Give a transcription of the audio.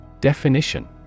Definition